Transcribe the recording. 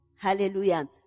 hallelujah